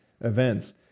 events